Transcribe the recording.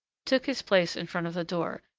took his place in front of the door,